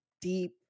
deep